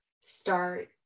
start